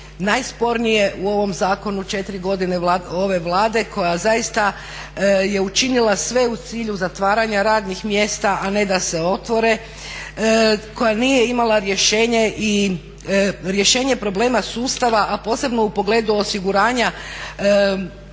najspornije u ovom zakonu 4 godine ove Vlade koja zaista je učinila sve u cilju zatvaranja radnih mjesta a ne da se otvore, koja nije imala rješenje i rješenje problema sustava a posebno u pogledu osiguranja